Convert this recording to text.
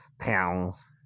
pounds